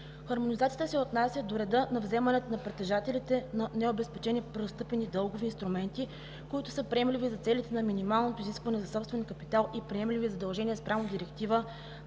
Хармонизацията се отнася до реда на вземанията на притежателите на необезпечени първостепенни дългови инструменти, които са приемливи за целите на минимално изискване за собствен капитал и приемливи задължения съгласно Директива